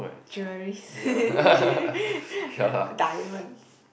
jewelries diamonds